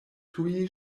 tuj